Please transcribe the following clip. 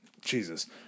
Jesus